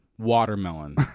watermelon